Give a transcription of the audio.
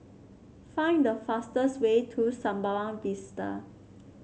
find the fastest way to Sembawang Vista